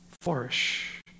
flourish